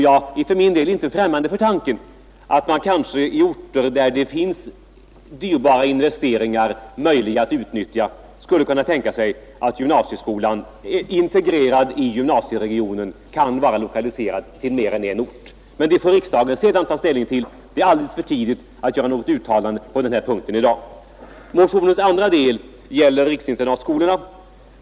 Jag är för min del inte främmande för tanken att man på orter där det finns dyrbara anläggningar möjliga att utnyttja skulle kunna tänka sig att gymnasieskolan, integrerad i gymnasieregionen, är lokaliserad till mer än en ort. Men detta får riksdagen senare ta ställning till. Det är alldeles för tidigt att i dag göra något uttalande på den punkten. Motionens andra del gäller riksinternatskolorna.